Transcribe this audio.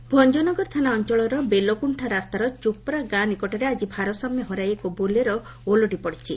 ଦୁର୍ଘଟଣା ଭଞ୍ଞନଗର ଥାନା ଅଞ୍ଞଳର ବେଲଗୁଖା ରାସ୍ତାର ଚୋପ୍ରା ଗାଁ ନିକଟରେ ଆକି ଭାରସାମ୍ୟ ହରାଇ ଏକ ବୋଲେରୋ ଓଲଟି ପଡ଼ିଛି